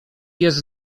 jest